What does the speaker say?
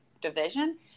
division